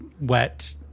wet